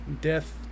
death